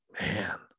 Man